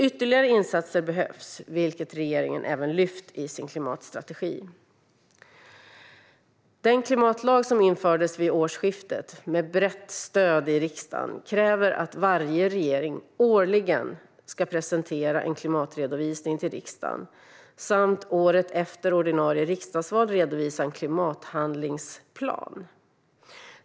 Ytterligare insatser behövs, vilket regeringen även har lyft fram i sin klimatstrategi. Den klimatlag som infördes vid årsskiftet, med brett stöd i riksdagen, kräver att varje regering årligen ska presentera en klimatredovisning till riksdagen och året efter ordinarie riksdagsval redovisa en klimathandlingsplan.